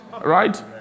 right